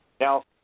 Now